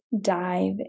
dive